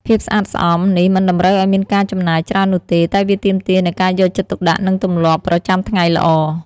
ភាពស្អាតស្អំនេះមិនតម្រូវឲ្យមានការចំណាយច្រើននោះទេ តែវាទាមទារនូវការយកចិត្តទុកដាក់ និងទម្លាប់ប្រចាំថ្ងៃល្អ។